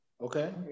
Okay